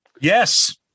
Yes